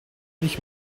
ich